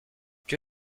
que